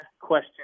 question